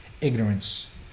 ignorance